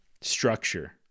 structure